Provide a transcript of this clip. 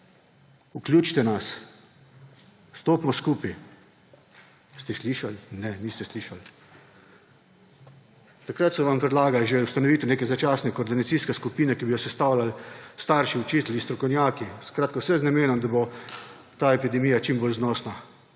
vključite nas, stopimo skupaj. A ste jih slišali? Ne, niste slišali. Takrat so vam predlagali že ustanovitev neke začasne koordinacijske skupine, ki bi jo sestavljali starši, učitelji, strokovnjaki, skratka, vse z namenom, da bo ta epidemija čim bolj znosna